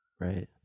Right